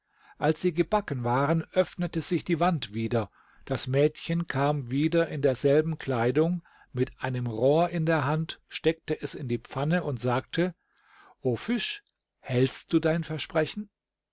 als sie gebacken waren öffnete sich die wand wieder das mädchen kam wieder in derselben kleidung mit einem rohr in der hand steckte es in die pfanne und sagte o fisch hältst du dein versprechen